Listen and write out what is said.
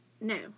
No